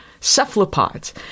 cephalopods